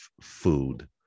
food